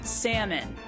salmon